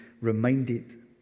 reminded